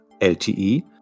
LTE